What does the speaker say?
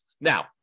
Now